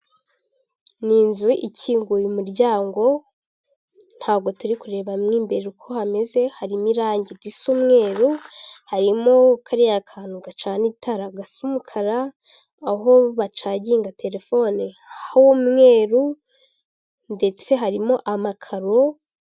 Ni inzu ikinguye umuryango ntago turi kureba mo imbere uko hameze, harimo irangi risa umweru, harimo kariya kantu gacana itara gasa umukara, aho bacaginga telefone h'umweru ndetse harimo amakaro.